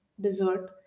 dessert